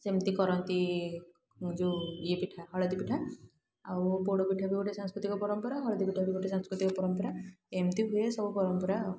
ସେମତି କରନ୍ତି ଯେଉଁ ଇଏ ପିଠା ହଳଦୀ ପିଠା ଆଉ ପୋଡ଼ ପିଠା ବି ଗୋଟେ ସାଂସ୍କୃତିକ ପରମ୍ପରା ହଳଦୀ ପିଠା ବି ଗୋଟେ ସାଂସ୍କୃତିକ ପରମ୍ପରା ଏମତି ହୁଏ ସବୁ ପରମ୍ପରା ଆଉ